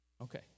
Okay